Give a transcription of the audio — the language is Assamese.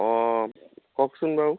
অ কওকচোন বাৰু